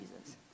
Jesus